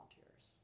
volunteers